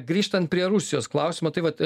grįžtant prie rusijos klausimo tai vat